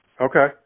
okay